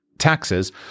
Taxes